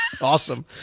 Awesome